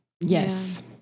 Yes